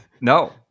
no